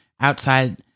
outside